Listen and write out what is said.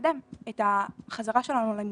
לקדם את החזרה שלנו ללימודים.